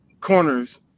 corners